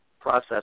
process